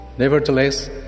Nevertheless